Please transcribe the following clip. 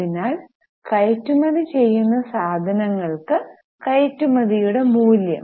അതിനാൽ കയറ്റുമതി ചെയ്യുന്ന സാധനങ്ങൾക്ക് കയറ്റുമതിയുടെ മൂല്യം